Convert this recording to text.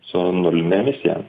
su nuline emisija